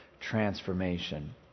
transformation